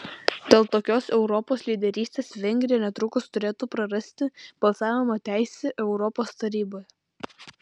dėl tokios europos lyderystės vengrija netrukus turėtų prarasti balsavimo teisę europos taryboje